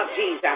Jesus